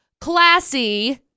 classy